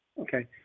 Okay